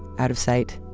out of sight,